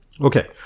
Okay